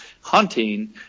hunting